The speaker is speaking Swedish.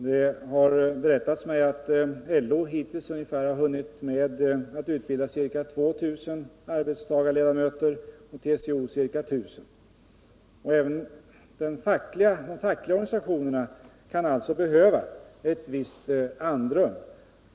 Det har berättats mig att LO hittills har hunnit med att utbilda ungefär 2000 arbetstagarledamöter och TCO ca 1000. Även de fackliga organisationerna kan alltså behöva ett visst andrum.